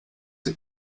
sie